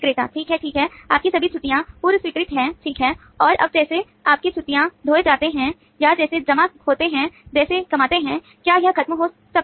विक्रेता ठीक है ठीक है आपके सभी छुट्टियां पूर्व स्वीकृत हैं ठीक है और अब जैसे आपके छुट्टियां ढोए जाते हैं या जैसे जमा होते हैं जैसे कमाते हैं क्या यह खत्म हो जाता है